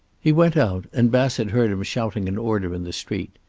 he went out, and bassett heard him shouting an order in the street.